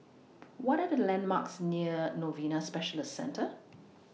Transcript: What Are The landmarks near Novena Specialist Centre